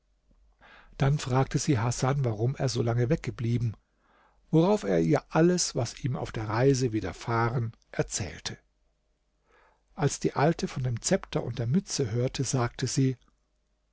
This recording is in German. dann fragte sie hasan warum er solange weggeblieben worauf er ihr alles was ihm auf der reise widerfahren erzählte als die alte von dem zepter und der mütze hörte sagte sie